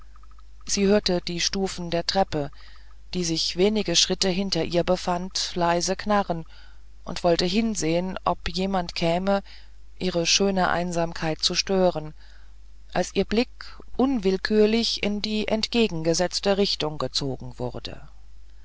sie hörte die stufen der treppe die sich wenige schritte hinter ihr befand leise knarren und wollte hinsehen ob jemand käme ihre schöne einsamkeit zu stören als ihr blick unwillkürlich in die entgegengesetzte richtung gezogen wurde